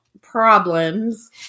problems